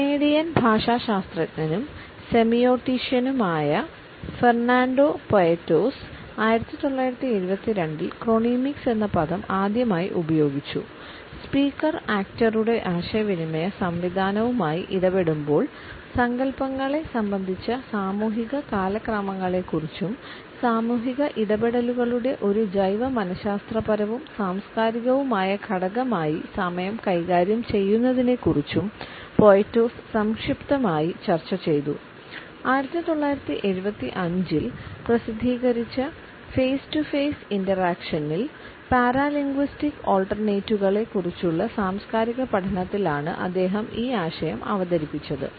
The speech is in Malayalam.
കനേഡിയൻ കുറിച്ചുള്ള സാംസ്കാരിക പഠനത്തിലാണ് അദ്ദേഹം ഈ ആശയം അവതരിപ്പിച്ചത്